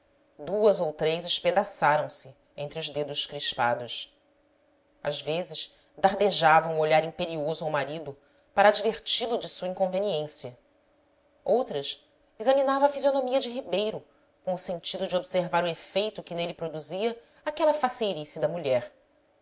duas ou três espedaçaram se entre os dedos crispados às vezes dardejava um olhar imperioso ao marido para adverti lo de sua inconveniência outras examinava a fisio no mia de ribeiro com o sentido de observar o efeito que nele produzia aquela faceirice da mulher